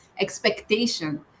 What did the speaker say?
expectation